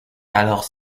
alors